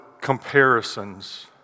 comparisons